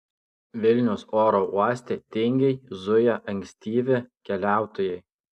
vilniaus oro uoste tingiai zuja ankstyvi keliautojai